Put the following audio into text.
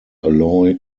alloy